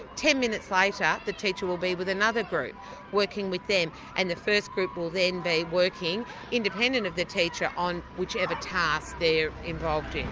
ten minutes later the teacher will be with another group working with them and the first group will then be working independent of the teacher on whichever task they're involved